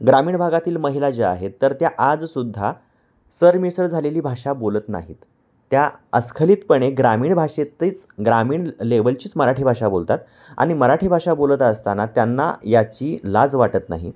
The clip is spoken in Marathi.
ग्रामीण भागातील महिला ज्या आहेत तर त्या आजसुद्धा सरमिसळ झालेली भाषा बोलत नाहीत त्या अस्खलीतपणे ग्रामीण भाषेतच ग्रामीण लेवलचीच मराठी भाषा बोलतात आणि मराठी भाषा बोलत असताना त्यांना याची लाज वाटत नाही